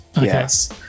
Yes